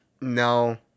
No